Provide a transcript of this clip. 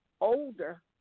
older